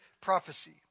prophecy